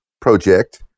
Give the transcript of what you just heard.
project